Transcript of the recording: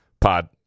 pod